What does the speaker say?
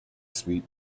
suite